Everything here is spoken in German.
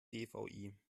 dvi